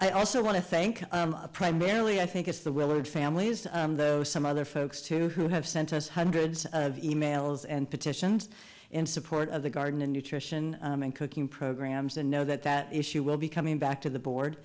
i also want to thank primarily i think it's the willard families though some other folks too who have sent us hundreds of e mails and petitions in support of the garden in nutrition and cooking programs and know that that issue will be coming back to the board